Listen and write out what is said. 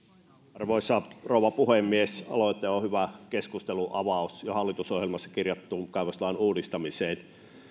arvoisa rouva puhemies aloite on hyvä keskustelunavaus jo hallitusohjelmassa kirjattuun kaivoslain uudistamiseen